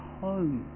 home